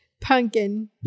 Pumpkin